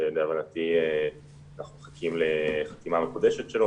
שלהבנתי אנחנו מחכים לחתימה מחודשת שלו.